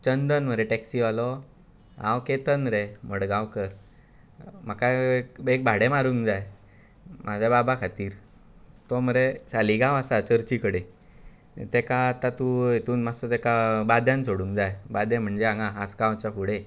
चंदन मरे टॅक्सीवालो हांव केतन रे मडगांवकर म्हाका एक भाडें मारूंक जाय म्हज्या बाबा खातीर तो मरे सालीगांव आसा चर्ची कडेन ताका आतां तूं हातूंत मातसो ताका बाद्यान सोडूंक जाय बादें म्हणजे हांगा आसगांव साकून